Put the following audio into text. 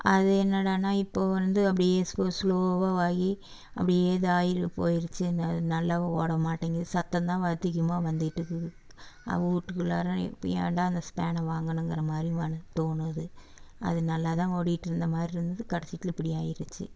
அது என்னடானால் இப்போது வந்து அப்படியே ஸ்லோவாவாகி அப்படியே இதாகி போய்டிச்சு என்னெனாது நல்லாவும் ஓட மாட்டேங்குது சத்தம் தான் அதிகமாக வந்துக்கிட்டு இருக்குது வீட்டு குள்ளரா இப்போ ஏன்டா அந்த ஸ் ஃபேனை வாங்குனங்கிற மாதிரி தோணுது அது நல்லாதான் ஓடிகிட்டு இருந்த மாதிரி இருந்தது கடைசியில் இப்படி ஆகிடிச்சி